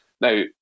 Now